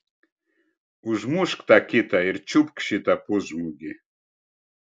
užmušk tą kitą ir čiupk šitą pusžmogį